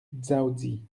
dzaoudzi